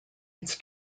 its